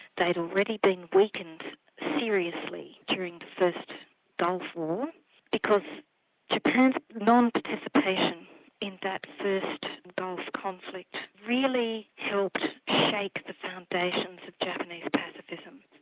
they'd already been weakened seriously during the first gulf war because japan's non-participation in that first gulf conflict really helped shake the foundations of japanese pacifism.